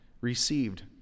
Received